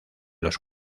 los